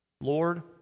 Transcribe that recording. Lord